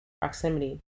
proximity